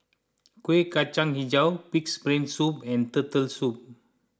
Kueh Kacang HiJau Pig's Brain Soup and Turtle Soup